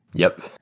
yup.